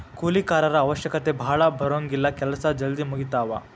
ಕೂಲಿ ಕಾರರ ಅವಶ್ಯಕತೆ ಭಾಳ ಬರುಂಗಿಲ್ಲಾ ಕೆಲಸಾ ಜಲ್ದಿ ಮುಗಿತಾವ